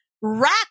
rack